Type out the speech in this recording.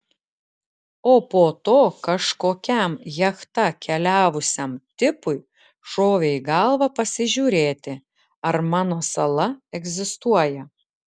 o po to kažkokiam jachta keliavusiam tipui šovė į galvą pasižiūrėti ar mano sala egzistuoja